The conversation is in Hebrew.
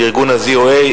מארגון ה-ZOA,